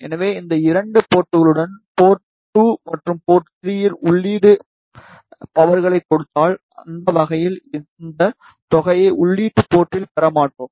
எனவே இந்த இரண்டு போர்ட்களுள் போர்ட் 2 மற்றும் போர்ட் 3 இல் உள்ளீட்டு பவர்யையைக் கொடுத்தால் அந்த வகையில் இந்த தொகையை உள்ளீட்டு போர்ட்ல் பெற மாட்டோம்